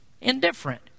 indifferent